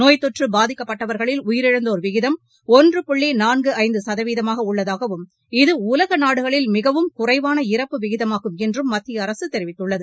நோய் தொற்று பாதிக்கப்பட்டவர்களில் உயிரிழந்தோர் விகிதம் ஒன்று புள்ளி நான்கு ஐந்து சதவீதமாக உள்ளதாகவும் இது உலக நாடுகளில் மிகவும் குறைவாள இறப்பு விகிதமாகும் என்றும் மத்திய அரசு தெரிவித்துள்ளது